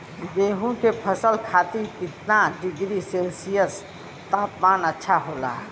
गेहूँ के फसल खातीर कितना डिग्री सेल्सीयस तापमान अच्छा होला?